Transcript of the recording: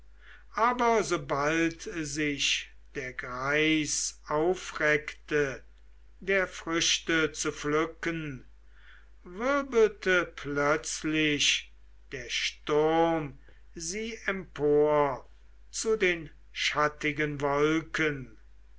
aber sobald sich der greis aufreckte der früchte zu pflücken wirbelte plötzlich der sturm sie empor zu den schattigen wolken